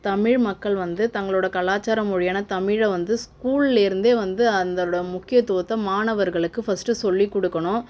தமிழ் மக்கள் வந்து தங்களோடய கலாச்சார மொழியான வந்து தமிழை வந்து ஸ்கூலில் இருந்து வந்து அதனோடய முக்கியத்துவத்தை மாணவர்களுக்கு ஃபஸ்ட்டு சொல்லிக் கொடுக்கணும்